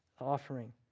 offering